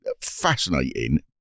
fascinating